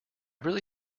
really